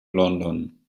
london